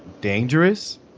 dangerous